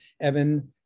Evan